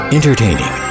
Entertaining